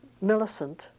Millicent